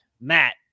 Matt